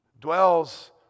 dwells